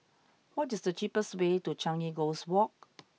what is the cheapest way to Changi Coast Walk